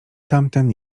tamten